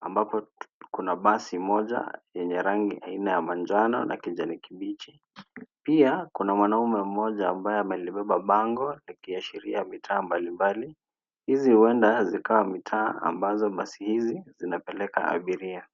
ambapo kuna basi moja yenye rangi aina ya manjano na kijani kibichi. Pia kuna mwanaume mmoja ambaye amelibeba bango, akiashiria mitaa mbali mbali. Hizi huenda zikawa mitaa ambazo basi hizi zinapeleka abiria.